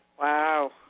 Wow